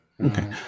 Okay